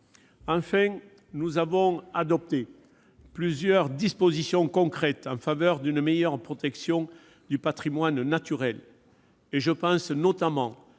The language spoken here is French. Enfin, nous avons adopté plusieurs dispositions concrètes en faveur d'une meilleure protection du patrimoine naturel. Je pense notamment